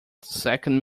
second